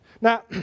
Now